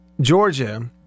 Georgia